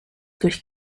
durch